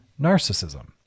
narcissism